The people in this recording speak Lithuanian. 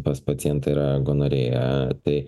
pas pacientą yra gonorėja tai